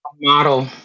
model